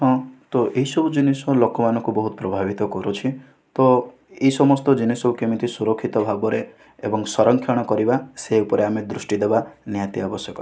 ହଁ ତ ଏହିସବୁ ଜିନିଷ ଲୋକମାନଙ୍କୁ ବହୁତ ପ୍ରଭାବିତ କରୁଛି ତ ଏହି ସମସ୍ତ ଜିନିଷକୁ କେମିତି ସୁରକ୍ଷିତ ଭାବରେ ଏବଂ ସଂରକ୍ଷଣ କରିବା ସେ ଉପରେ ଦୃଷ୍ଟି ଦେବା ନିହାତି ଆବଶ୍ୟକ